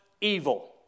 evil